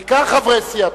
בעיקר חברי סיעתו.